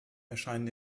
erscheinen